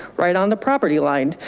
right on the property line.